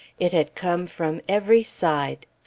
it had come from every side.